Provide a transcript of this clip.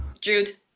Jude